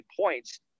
points